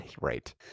Right